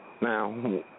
Now